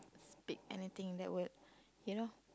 speak anything that would you know